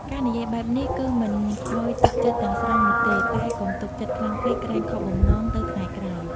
ការនិយាយបែបនេះ គឺមិនឱ្យទុកចិត្តទាំងស្រុងនោះទេ តែកុំទុកចិត្តខ្លាំងពេក ក្រែងខកបំណងទៅថ្ងៃក្រោយ។